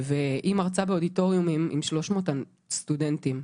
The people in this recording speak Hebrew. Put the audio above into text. שמרצה באודיטוריומים עם 300 סטודנטים.